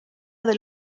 del